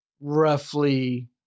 roughly